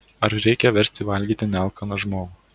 ar reikia versti valgyti nealkaną žmogų